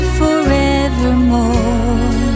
forevermore